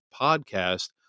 podcast